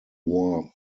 wore